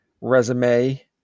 resume